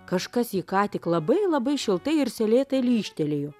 kažkas jį ką tik labai labai šiltai ir seilėtai lyžtelėjo